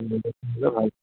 সেইটো হয়